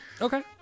Okay